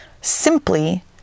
simply